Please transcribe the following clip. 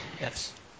Yes